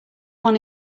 one